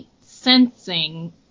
sensing